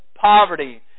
poverty